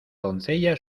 doncella